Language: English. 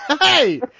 Hey